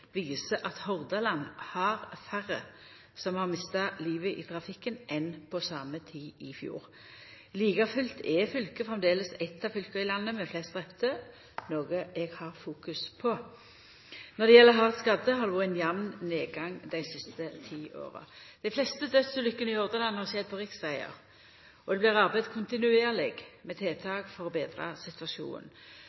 viser at Hordaland har færre som har mista livet i trafikken, enn på same tid i fjor. Like fullt er fylket framleis eit av fylka i landet med flest drepne, noko eg har fokus på. Når det gjeld hardt skadde, har det vore ein jamn nedgang dei siste ti åra. Dei fleste dødsulukkene i Hordaland har skjedd på riksvegar, og det blir arbeidt kontinuerleg med